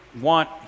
want